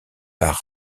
par